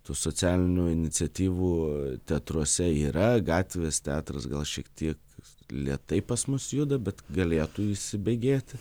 tų socialinių iniciatyvų teatruose yra gatvės teatras gal šiek tiek lėtai pas mus juda bet galėtų įsibėgėti